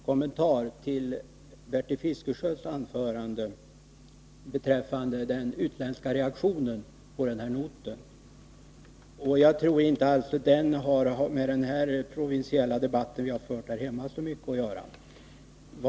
Herr talman! Bara en kort kommentar till vad Bertil Fiskesjö sade om den Onsdagen den utländska reaktionen på den här noten. Jag tror inte att den har så mycket att = 25 maj 1983 göra med den provinsiella debatt som har förts här hemma.